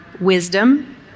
wisdom